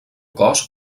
cos